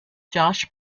josh